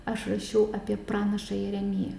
aš rašiau apie pranašą jeremiją